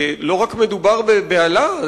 לא רק מדובר בבהלה,